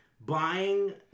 buying